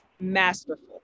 masterful